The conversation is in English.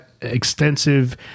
extensive